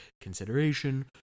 consideration